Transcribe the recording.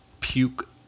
puke